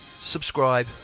subscribe